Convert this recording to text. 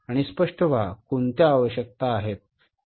आणि स्पष्ट व्हा कोणत्या आवश्यकता आहेत